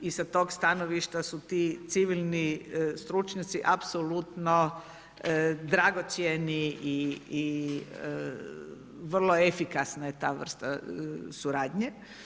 I sa tog stanovišta su ti civilni stručnjaci apsolutno dragocjeni i vrlo efikasna je ta vrsta suradnje.